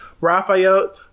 Raphael